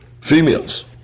females